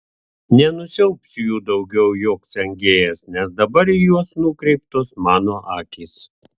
nenusiaubs jų daugiau joks engėjas nes dabar į juos nukreiptos mano akys